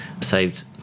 Saved